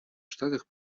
штатах